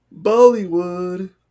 Bollywood